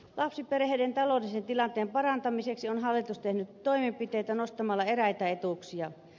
lapsiperheiden taloudellisen tilanteen parantamiseksi on hallitus tehnyt toimenpiteitä nostamalla eräitä etuuksia